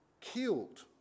killed